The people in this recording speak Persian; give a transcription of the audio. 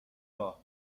راه